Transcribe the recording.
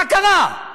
מה קרה?